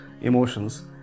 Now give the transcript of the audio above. emotions